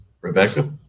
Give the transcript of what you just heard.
Rebecca